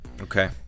Okay